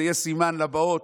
שזה יהיה סימן לבאות,